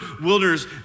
wilderness